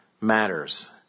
matters